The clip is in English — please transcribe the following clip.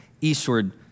eastward